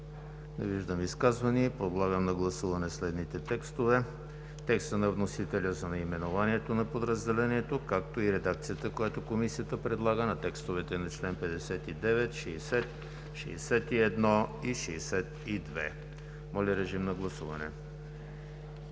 Не виждам. Подлагам на гласуване следните текстове: текста на вносителя за наименованието на подразделението, както и редакцията, която Комисията предлага на текстовете на членове 59, 60, 61 и 62. Гласували